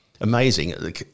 amazing